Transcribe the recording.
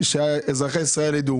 שאזרחי ישראל יידעו